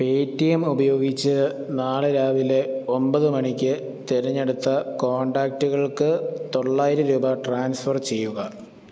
Paytm ഉപയോഗിച്ച് നാളെ രാവിലെ ഒൻപത് മണിക്ക് തിരഞ്ഞെടുത്ത കോൺടാക്റ്റുകൾക്ക് തൊള്ളായിരം രൂപ ട്രാൻസ്ഫർ ചെയ്യുക